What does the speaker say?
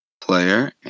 player